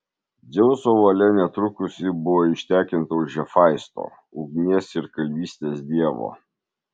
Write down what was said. dzeuso valia netrukus ji buvo ištekinta už hefaisto ugnies ir kalvystės dievo